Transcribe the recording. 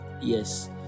yes